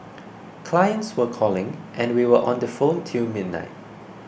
clients were calling and we were on the phone till midnight